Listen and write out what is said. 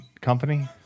company